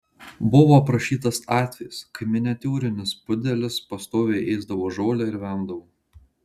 buvo aprašytas atvejis kai miniatiūrinis pudelis pastoviai ėsdavo žolę ir vemdavo